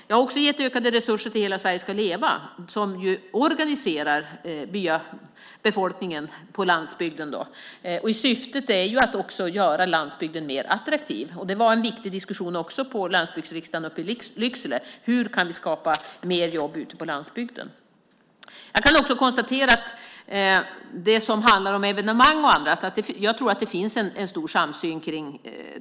Jag har också gett ökade resurser till Hela Sverige ska leva som organiserar byabefolkningen, befolkningen på landsbygden. Syftet är ju att också göra landsbygden mer attraktiv. Det var en viktig diskussion också på Landsbygdsriksdagen uppe i Lycksele just om hur vi kan skapa mer jobb ute på landsbygden. Jag kan också konstatera att det när det gäller evenemang och annat finns en stor samsyn.